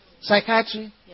psychiatry